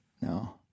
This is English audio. No